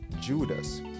Judas